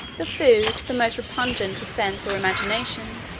the food the most repugnant to sense or imagination,